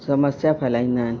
समस्या फ़ैलाईंदा आहिनि